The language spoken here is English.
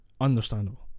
Understandable